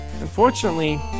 Unfortunately